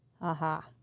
Aha